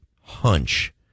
hunch